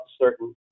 certain